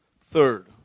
third